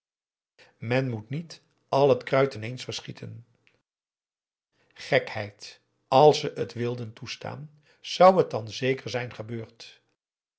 men moet niet al het kruit ineens verschieten gekheid als ze het wilden toestaan zou het dan zeker zijn gebeurd